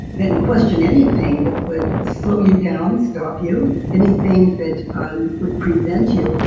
then question anything that would slow you down, stop you, anything that would prevent you,